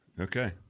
Okay